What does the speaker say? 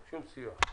שום סיוע.